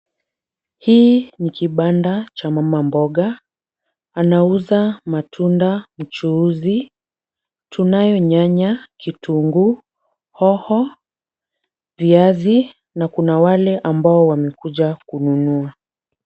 Hii ni kibanda cha mama mboga. Anauza matunda mchuuzi. Tunayo nyanya, kitunguu, hoho, viazi na kuna wale ambao wamekuja kununua.